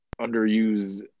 underused